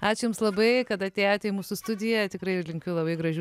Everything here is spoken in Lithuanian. ačiū jums labai kad atėjote į mūsų studiją tikrai linkiu labai gražių